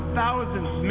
thousands